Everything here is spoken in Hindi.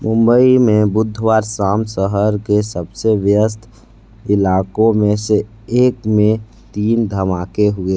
मुंबई मे बुधवार शाम शहर के सबसे व्यस्त इलाकों मे से एक मे तीन धमाके हुए